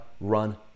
Run